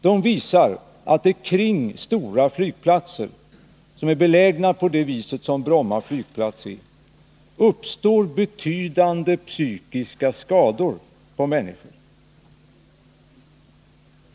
De visar att det kring stora flygplatser, som är belägna på samma sätt som Bromma, uppstår betydande psykiska skador på människorna.